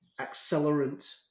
accelerant